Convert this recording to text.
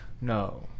No